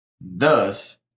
Thus